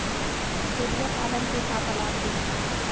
छेरिया पालन के का का लाभ हे?